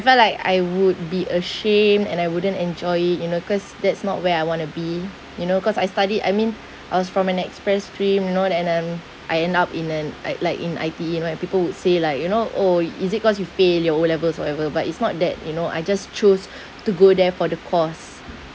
felt like I would be ashamed and I wouldn't enjoy it you know cause that's not where I want to be you know cause I study I mean I was from an express stream you know and I'm I end up in an Iike like in I_T_E you know and people would say like you know oh is it cause you fail your o-levels whatever but it's not that you know I just choose to go there for the course